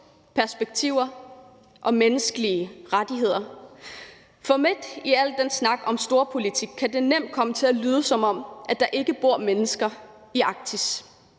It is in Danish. perspektiver og menneskelige rettigheder. For midt i al den snak om storpolitik kan det nemt komme til at lyde, som om der ikke bor mennesker i Arktis,